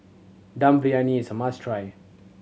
Dum Briyani is a must try